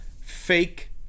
fake